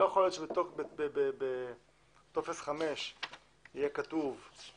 לא יכול להיות שבטופס 5 יהיה כתוב בעסק,